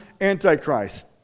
Antichrist